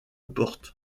porte